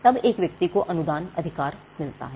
तब एक व्यक्ति को अनुदान अधिकार मिलता है